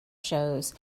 shows